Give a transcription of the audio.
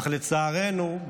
אך לצערנו,